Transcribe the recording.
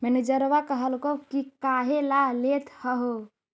मैनेजरवा कहलको कि काहेला लेथ हहो?